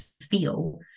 feel